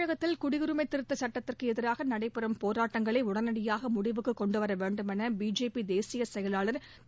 தமிழகத்தில் குடியுரிமை திருத்தச் சட்டத்திற்கு எதிராக நடைபெறும் போராட்டங்களை உடனடியாக முடிவுக்கு கொண்டுவர வேண்டும் என பிஜேபி தேசியச் செயலாளர் திரு